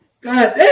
God